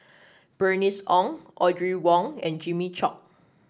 Bernice Ong Audrey Wong and Jimmy Chok